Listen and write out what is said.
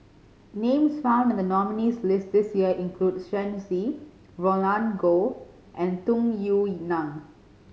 names found in the nominees' list this year include Shen Xi Roland Goh and Tung Yue Nang